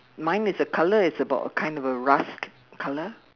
mine is a colour is about kind of a rust colour